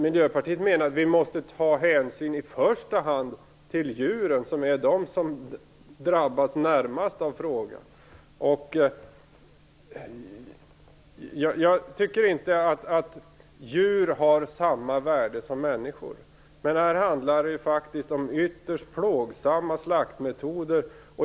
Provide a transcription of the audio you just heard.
Miljöpartiet menar att vi i första hand måste ta hänsyn till djuren, som är de som närmast drabbas. Jag tycker inte att djur har samma värde som människor. Men här handlar det faktiskt om ytterst plågsamma slaktmetoder.